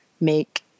make